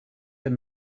that